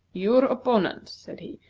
your opponent, said he,